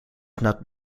not